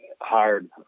hired